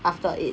after it